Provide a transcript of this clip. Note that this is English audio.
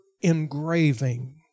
engraving